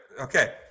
Okay